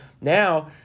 now